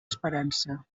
esperança